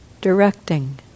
directing